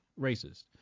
racist